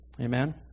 Amen